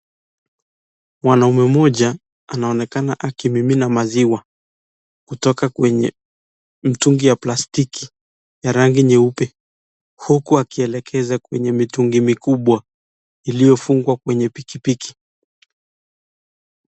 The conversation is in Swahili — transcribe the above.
Mwanaume mmoja anaonekana akimimina maziwa kutoka kwenye mtungi ya plastiki ya rangi nyeupe huku akielekeza kwenye mitungi mikubwa iliyo fungwa kwenye pikipiki.